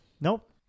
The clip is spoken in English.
Nope